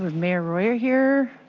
mayor here.